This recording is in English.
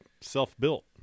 self-built